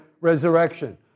resurrection